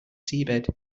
seabed